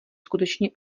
skutečně